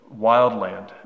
wildland